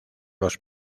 los